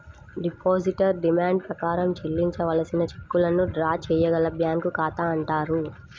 depositor demand ప్రకారం చెల్లించవలసిన చెక్కులను డ్రా చేయగల బ్యాంకు ఖాతా అంటారు